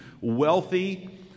wealthy